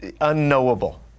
unknowable